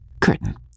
curtain